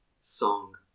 song